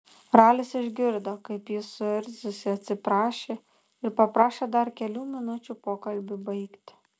ralis išgirdo kaip ji suirzusi atsiprašė ir paprašė dar kelių minučių pokalbiui baigti